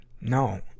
No